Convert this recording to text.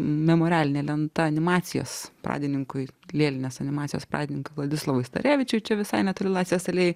memorialinė lenta animacijos pradininkui lėlinės animacijos pradininku vladislovui starevičiui čia visai netoli laivės alėjoj